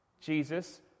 Jesus